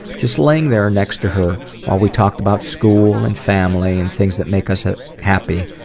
just laying there next to her while we talked about school and family and things that make us ah happy,